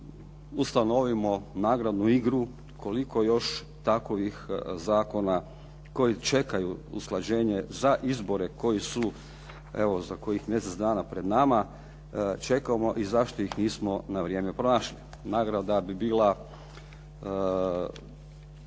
ustanovimo nagradnu igru, koliko još takovih zakona koji čekaju usklađenje za izbore koji su evo za kojih mjesec dana pred nama, čekamo i zašto ih nismo na vrijeme pronašli. Nagrada bi bila,